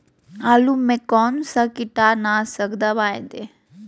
आलू में कौन सा कीटनाशक दवाएं दे?